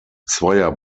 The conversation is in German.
zweier